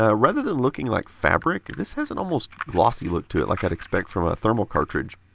ah rather than looking like fabric, this has an almost glossy look to it like i'd expect from a thermal cartridge.